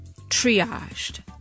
triaged